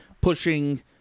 pushing